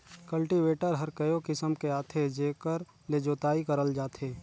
cultivator हर कयो किसम के आथे जेकर ले जोतई करल जाथे